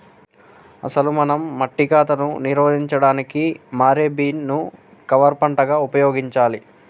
అసలు మనం మట్టి కాతాను నిరోధించడానికి మారే బీన్ ను కవర్ పంటగా ఉపయోగించాలి